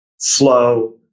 flow